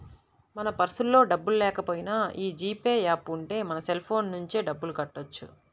మన పర్సులో డబ్బుల్లేకపోయినా యీ జీ పే యాప్ ఉంటే మన సెల్ ఫోన్ నుంచే డబ్బులు కట్టొచ్చు